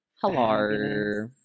hello